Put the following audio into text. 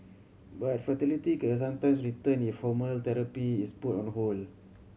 but fertility can sometimes return if therapy is put on hold